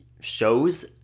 shows